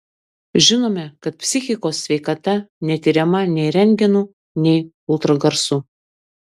žinome kad psichikos sveikata netiriama nei rentgenu nei ultragarsu